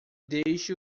deixe